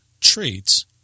traits